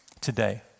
today